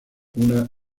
una